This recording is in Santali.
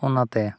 ᱚᱱᱟᱛᱮ